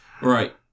Right